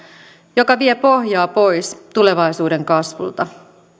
joka vie pohjaa pois tulevaisuuden kasvulta